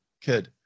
kid